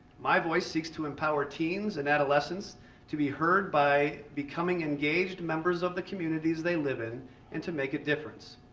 my voice seeks to empower teens and adolescence to be heard by becoming engaged members of communities they live in and to make a difference.